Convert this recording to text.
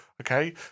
okay